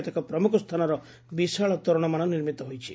କେତେକ ପ୍ରମୁଖ ସ୍ତାନର ବିଶାଳ ତୋରଣମାନ ନିର୍ମିତ ହୋଇଛି